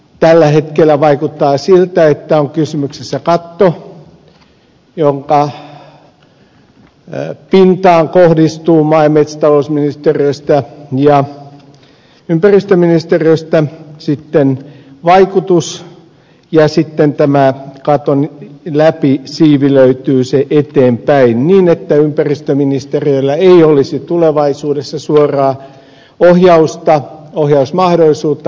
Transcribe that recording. tällä hetkellä vaikuttaa siltä että on kysymyksessä katto jonka pintaan kohdistuu maa ja metsätalousministeriöstä ja ympäristöministeriöstä vaikutus joka sitten tämän katon läpi siivilöityy eteenpäin niin että ympäristöministeriöllä ei olisi tulevaisuudessa suoraa ohjausta ohjausmahdollisuutta luontopalveluihin